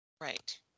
Right